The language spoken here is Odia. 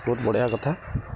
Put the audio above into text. ବହୁତ ବଢ଼ିଆ କଥା